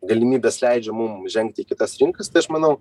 galimybės leidžia mum žengti į kitas rinkas tai aš manau